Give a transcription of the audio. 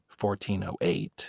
1408